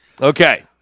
Okay